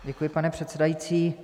Děkuji, pane předsedající.